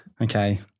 Okay